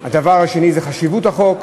הדבר השני הוא חשיבות החוק,